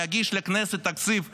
ולהגיש לכנסת תקציב נכון,